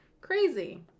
crazy